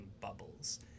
bubbles